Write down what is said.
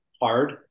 hard